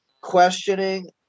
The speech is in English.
questioning